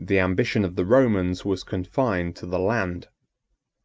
the ambition of the romans was confined to the land